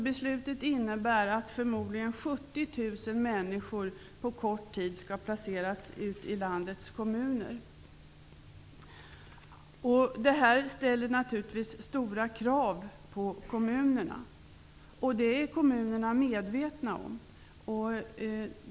Beslutet innebär att förmodligen 70 000 människor på kort tid skall placeras ut i landets kommuner. Detta ställer naturligtvis stora krav på kommunerna, vilket kommunerna är medvetna om.